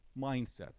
mindset